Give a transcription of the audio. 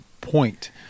point